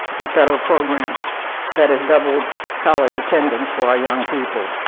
the federal program that has doubled college attendance for our young people.